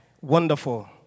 Wonderful